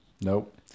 Nope